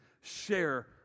share